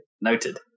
noted